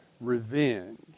revenge